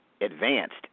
advanced